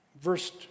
Verse